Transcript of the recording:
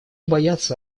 боятся